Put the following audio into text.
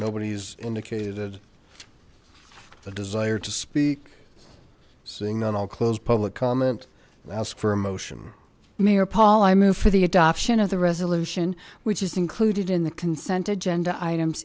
nobody's indicated the desire to speak sing and i'll close public comment i ask for a motion mayor paul i move for the adoption of the resolution which is included in the consent agenda items